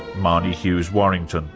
marnie hughes-warrington.